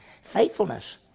Faithfulness